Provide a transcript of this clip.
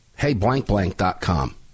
heyblankblank.com